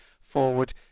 forward